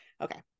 Okay